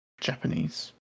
Japanese